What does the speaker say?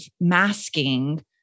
masking